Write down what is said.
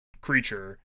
creature